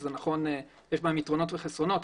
יש בהם יתרונות וחסרונות,